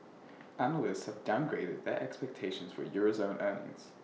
analysts have downgraded their expectations for euro zone earnings